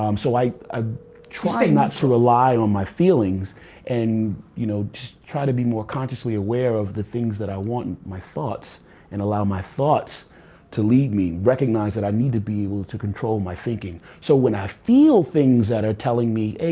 um so i i try not to rely on my feelings and you know just try to be more consciously aware of the things that i want my thoughts and allow my thoughts to lead me. recognize that i need to be able to control my thinking, so when i feel things that are telling me,